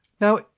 Now